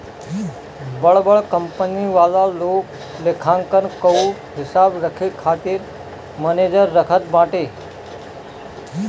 बड़ बड़ कंपनी वाला लोग लेखांकन कअ हिसाब रखे खातिर मनेजर रखत बाटे